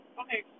okay